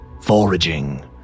foraging